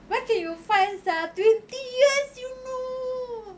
where can you find sia twenty years you know